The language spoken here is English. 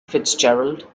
fitzgerald